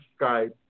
Skype